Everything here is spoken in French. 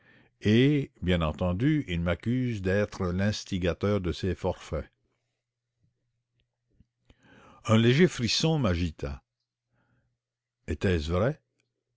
et bien entendu il m'accuse d'être l'instigateur de ces forfaits un léger frisson m'agita était-ce vrai